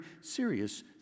serious